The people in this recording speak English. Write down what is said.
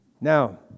Now